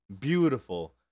beautiful